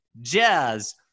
jazz